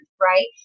right